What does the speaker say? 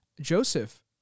Joseph